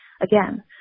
again